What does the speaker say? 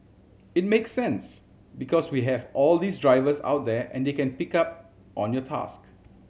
it makes sense because we have all these drivers out there and they can pick up on your task